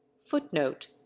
Footnote